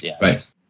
Right